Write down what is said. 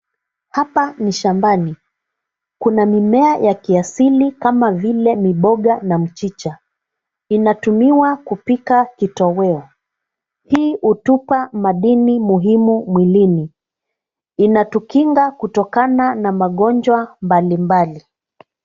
Hapa ni shambani kuna mimea ya kiasiri kama vile mboga na mchicha inatumiwa kupika kitoweo hii hutupa madini muhimu mwilini inatukinga kutokana na magonjwa mbali mbali.